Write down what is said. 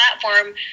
platform